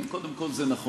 כן, קודם כול זה נכון.